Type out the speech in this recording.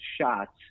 shots